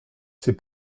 ses